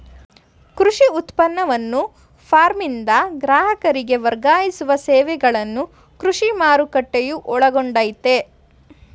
ಕೃಷಿ ಉತ್ಪನ್ನವನ್ನು ಫಾರ್ಮ್ನಿಂದ ಗ್ರಾಹಕರಿಗೆ ವರ್ಗಾಯಿಸುವ ಸೇವೆಗಳನ್ನು ಕೃಷಿ ಮಾರುಕಟ್ಟೆಯು ಒಳಗೊಂಡಯ್ತೇ